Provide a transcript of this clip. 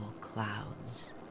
clouds